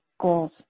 goals